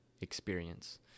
experience